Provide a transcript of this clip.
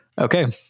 Okay